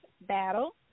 battle